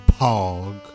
pog